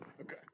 Okay